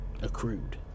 Accrued